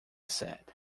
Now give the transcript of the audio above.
said